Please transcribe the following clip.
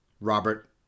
Robert